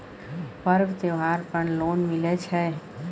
पर्व त्योहार पर लोन मिले छै?